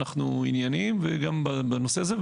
אנחנו עניינים גם בנושא הזה.